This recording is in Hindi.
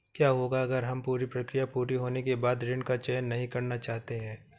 क्या होगा अगर हम पूरी प्रक्रिया पूरी होने के बाद ऋण का चयन नहीं करना चाहते हैं?